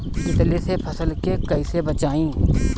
तितली से फसल के कइसे बचाई?